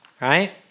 right